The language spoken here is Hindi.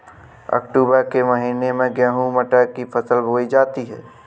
अक्टूबर के महीना में गेहूँ मटर की फसल बोई जाती है